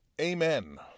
Amen